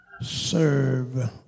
serve